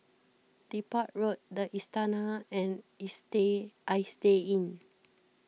Depot Road the Istana and Istay Inn